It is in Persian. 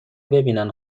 ببینن